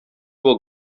will